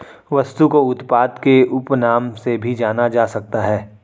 वस्तु को उत्पाद के उपनाम से भी जाना जा सकता है